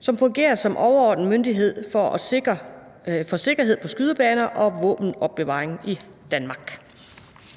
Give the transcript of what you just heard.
som fungerer som overordnet myndighed for sikkerhed på skydebaner og våbenopbevaring i Danmark?